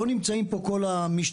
לא נמצאים פה כל המשתתפים,